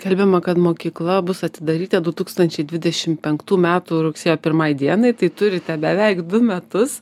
skelbiama kad mokykla bus atidaryta du tūkstančiai dvidešim penktų metų rugsėjo pirmai dienai tai turite beveik du metus